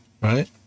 right